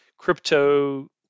Crypto